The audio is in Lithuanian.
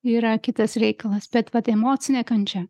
yra kitas reikalas bet vat emocinė kančia